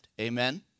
Amen